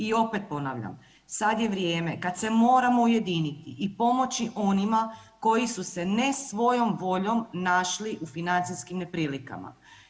I opet ponavljam, sad je vrijeme kad se moramo ujediniti i pomoći onima koji su se ne svojom voljom našli u financijskim neprilikama.